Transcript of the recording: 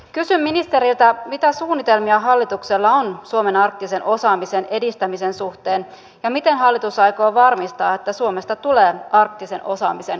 kysyn ministeriltä mitä suunnitelmia hallituksella on suomen arktisen osaamisen edistämisen suhteen ja miten hallitus aikoo varmistaa että suomesta tulee arktisen osaamisen huippumaa